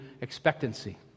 expectancy